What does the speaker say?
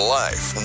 life